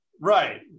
Right